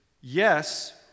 yes